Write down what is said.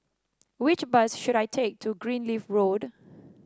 which bus should I take to Greenleaf Road